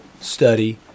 study